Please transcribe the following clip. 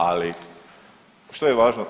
Ali, što je važno